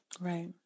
Right